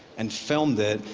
and filmed it,